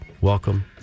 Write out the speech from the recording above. welcome